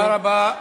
תודה רבה.